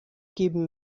geben